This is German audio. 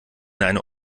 einer